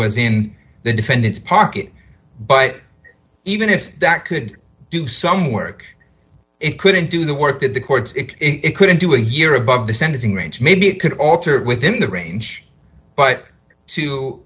was in the defendant's pocket but even if that could do some work it couldn't do the work that the courts it couldn't do a year above the sentencing range maybe it could alter it within the range but to